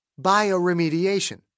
Bioremediation